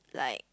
like